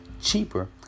cheaper